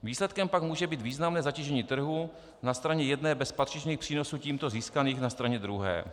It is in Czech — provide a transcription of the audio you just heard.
Výsledkem pak může být významné zatížení trhu na straně jedné, bez patřičných přínosů tímto získaných na straně druhé.